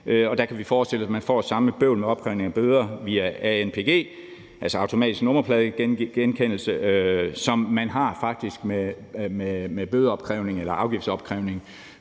og der kan vi forestille os, at man får samme bøvl med opkrævning af bøder via ANPG, altså automatisk nummerpladegenkendelse, som man faktisk har med afgiftsopkrævning